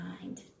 mind